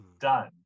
done